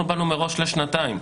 אנחנו באנו מראש לשנתיים.